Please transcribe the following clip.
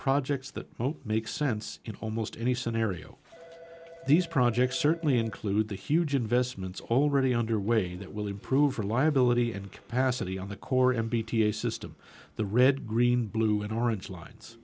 projects that make sense in almost any scenario these projects certainly include the huge investments already underway that will improve reliability and capacity on the core m b t a system the red green blue and orange lines